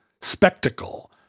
spectacle